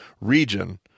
region